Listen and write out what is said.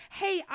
hey